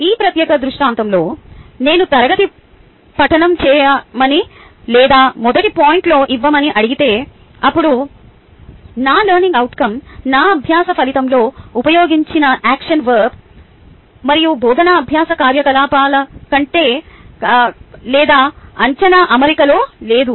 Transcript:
ఈ ప్రత్యేక దృష్టాంతంలో నేను తరగతి పఠనం చేయమని లేదా మొదటి పాయింట్లో ఇవ్వమని అడిగితే అప్పుడు నా లెర్నింగ్ అవుట్కం నా అభ్యాస ఫలితంలో ఉపయోగించిన యాక్షన్ వర్బ్ మరియు బోధనా అభ్యాస కార్యకలాపాల రకం లేదా అంచనా అమరికలో లేదు